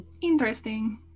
Interesting